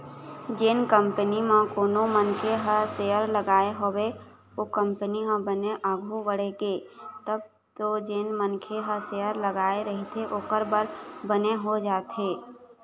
जेन कंपनी म कोनो मनखे ह सेयर लगाय हवय ओ कंपनी ह बने आघु बड़गे तब तो जेन मनखे ह शेयर लगाय रहिथे ओखर बर बने हो जाथे